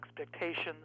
expectations